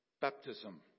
baptism